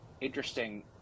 interesting